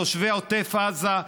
תושבי עוטף עזה,